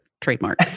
trademark